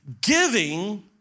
giving